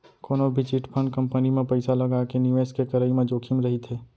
कोनो भी chit fund company म पइसा लगाके निवेस के करई म जोखिम रहिथे